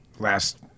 last